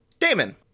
Damon